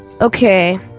Okay